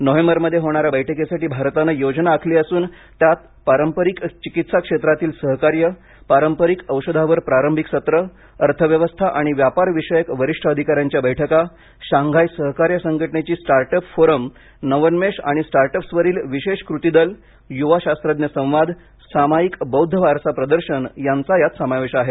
नोव्हेंबरमध्ये होणाऱ्या बैठकीसाठी भारताने योजना आखली असून त्यात पारंपरिक चिकित्सा क्षेत्रातील सहकार्य पारंपरिक औषधावर प्रारंभिक सत्र अर्थव्यवस्था आणि व्यापार विषयक वरिष्ठ अधिकाऱ्यांच्या बैठका शांघाय सहकार्य संघटनेची स्टार्ट अप फोरम नवोन्मेष आणि स्टार्टअप्सवरील विशेष कृती दल युवा शास्त्रज्ञ संवाद सामायिक बौद्ध वारसा प्रदर्शन यांचा यात समावेश आहे